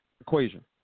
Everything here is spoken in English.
equation